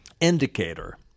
indicator